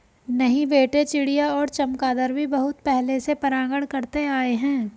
नहीं बेटे चिड़िया और चमगादर भी बहुत पहले से परागण करते आए हैं